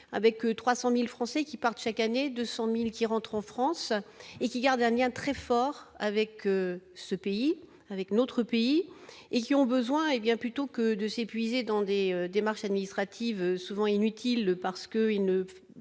avec 300000 Français qui partent chaque année 200000 qui rentrent en France et qui garde dernier un très fort avec ce pays, avec notre pays et qui ont besoin, hé bien, plutôt que de s'épuiser dans des démarches administratives souvent inutiles parce que il ne